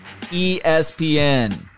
ESPN